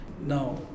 Now